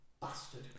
Bastard